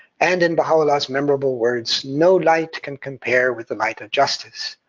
and in baha'u'llah's memorable words, no light can compare with the light of justice.